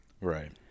Right